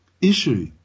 issue